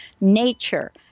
Nature